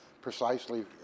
precisely